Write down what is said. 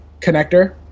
connector